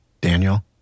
Daniel